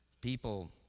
people